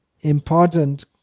important